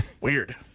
Weird